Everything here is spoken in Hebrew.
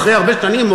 אחרי הרבה שנים,